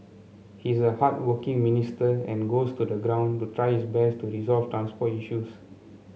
he is a hardworking minister and goes to the ground to try his best to resolve transport issues